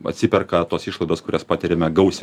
atsiperka tos išlaidos kurias patiriame gausiai